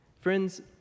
Friends